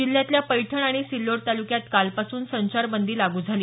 जिल्ह्यातल्या पैठण आणि सिल्लोड तालुक्यात कालपासून संचारबंदी लागू झाली